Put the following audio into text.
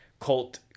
cult